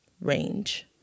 range